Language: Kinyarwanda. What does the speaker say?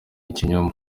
ikinyoma